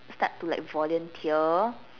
start to like volunteer